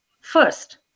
first